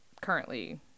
currently